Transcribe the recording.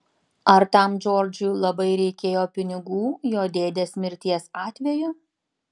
ar tam džordžui labai reikėjo pinigų jo dėdės mirties atveju